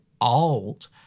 old